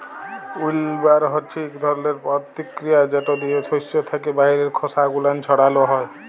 উইল্লবার হছে ইক ধরলের পরতিকিরিয়া যেট দিয়ে সস্য থ্যাকে বাহিরের খসা গুলান ছাড়ালো হয়